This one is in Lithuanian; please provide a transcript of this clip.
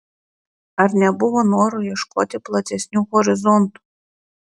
ar nebuvo noro ieškoti platesnių horizontų